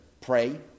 pray